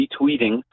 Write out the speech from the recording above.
retweeting